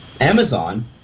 Amazon